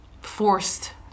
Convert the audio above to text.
forced